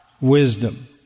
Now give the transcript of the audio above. wisdom